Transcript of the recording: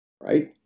right